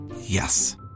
Yes